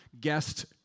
guest